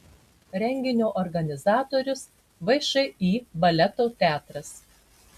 renginio organizatorius všį baleto teatras